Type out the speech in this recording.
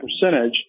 percentage